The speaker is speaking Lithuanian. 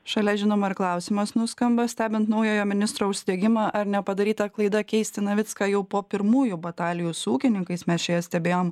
šalia žinoma ir klausimas nuskamba stebint naujojo ministro užsidegimą ar nepadaryta klaida keisti navicką jau po pirmųjų batalijų su ūkininkais mes čia stebėjom